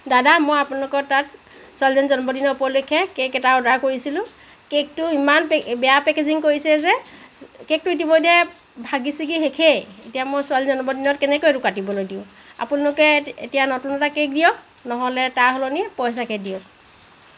দাদা মই আপোনালোকৰ তাত ছোৱালীজনীৰ জন্মদিন উপলক্ষে কেক এটা অৰ্ডাৰ কৰিছিলোঁ কেকটো ইমান পে বেয়া পেকেজিং কৰিছে যে কেকটো ইতিমধ্যে ভাগি চিগি শেষেই এতিয়া মই ছোৱালীৰ জন্মদিনত কেনেকৈ এইটো কাটিবলৈ দিওঁ আপোনালোকে এতিয়া নতুন এটা কেক দিয়ক নহ'লে তাৰ সলনি পইচাকে দিয়ক